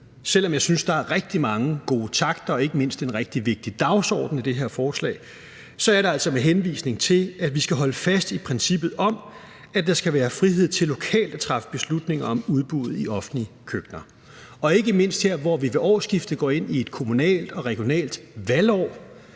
selv om jeg synes, der er rigtig mange gode takter og ikke mindst en rigtig vigtig dagsorden i det her forslag, så er det altså med henvisning til, at vi skal holde fast i princippet om, at der skal være frihed til lokalt at træffe beslutning om udbuddet i offentlige køkkener. Ikke mindst her, hvor vi ved årsskiftet går ind i et kommunalt og regionalt valgår,